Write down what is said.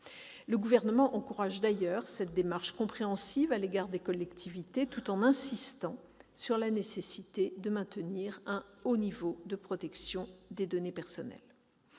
Le Gouvernement encourage cette démarche compréhensive à l'égard des collectivités tout en insistant sur la nécessité de maintenir un haut niveau de protection des données personnelles.